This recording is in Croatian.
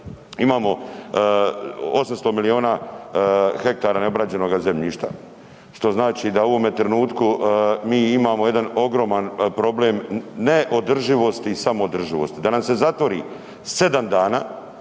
ovaj 800 miliona hektara neograđenoga zemljišta što znači u ovome trenutku mi imamo jedan ogroman problem neodrživosti i samodrživosti. Da nam se zatvori 7 dana,